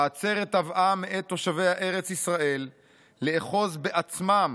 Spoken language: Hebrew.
העצרת תבעה מאת תושבי ארץ ישראל לאחוז בעצמם